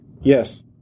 Yes